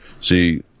See